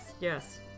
yes